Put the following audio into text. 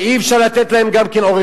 ואי-אפשר גם לתת להם עורך-דין,